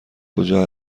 کجا